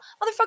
Motherfucker